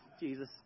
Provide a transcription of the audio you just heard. Jesus